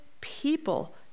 people